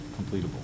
completable